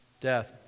death